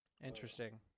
Interesting